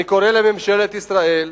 אני קורא לממשלת ישראל: